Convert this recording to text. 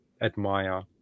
admire